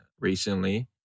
recently